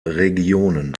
regionen